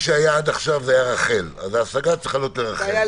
היא אומרת שמי שהיה עד עכשיו זה רח"ל אז ההשגה הייתה לראש